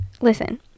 Listen